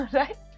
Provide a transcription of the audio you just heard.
right